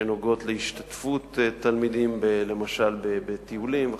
שנוגעות להשתתפות תלמידים בטיולים וכדומה.